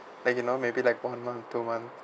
like you know maybe like one month or two month